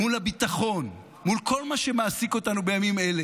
מול הביטחון, מול כל מה שמעסיק אותנו בימים האלה.